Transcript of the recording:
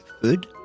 food